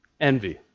Envy